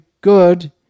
good